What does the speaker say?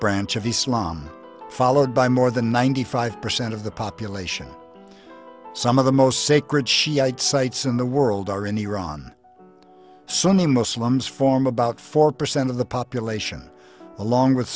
branch of islam followed by more than ninety five percent of the population some of the most sacred shiite sites in the world are in iran sunny muslims form about four percent of the population along with